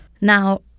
Now